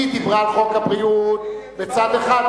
היא דיברה על חוק הבריאות מצד אחד.